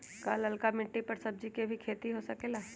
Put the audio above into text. का लालका मिट्टी कर सब्जी के भी खेती हो सकेला?